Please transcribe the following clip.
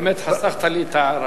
האמת, חסכת לי את ההערה.